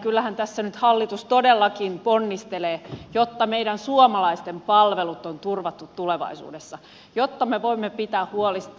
kyllähän tässä nyt hallitus todellakin ponnistelee jotta meidän suomalaisten palvelut on turvattu tulevaisuudessa jotta me voimme pitää